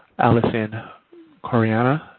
allison and coriana,